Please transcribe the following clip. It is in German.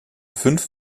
fünf